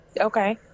Okay